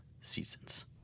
seasons